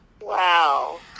Wow